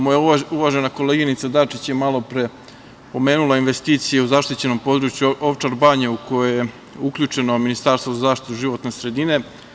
Moja uvažena koleginica Dačić je malopre pomenula investicije u zaštićenom području Ovčar Banje u kojoj je uključeno Ministarstvo za zaštitu životne sredine.